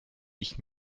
ich